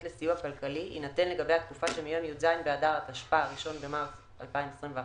לסיוע כלכלי יינתן לגבי התקופה שמיום י"ז באדר התשפ"א (1 במרס 2021)